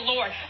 Lord